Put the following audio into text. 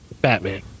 Batman